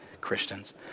Christians